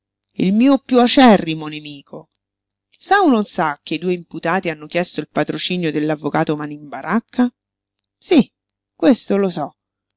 il mio piú acerrimo nemico sa o non sa che i due imputati hanno chiesto il patrocinio dell'avvocato manin baracca sí questo lo so